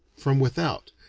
from without,